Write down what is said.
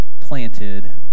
planted